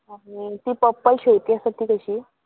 आनी ती पप्पल शेंवती आसात ती कशी